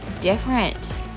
different